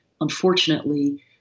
unfortunately